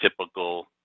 typical